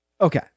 Okay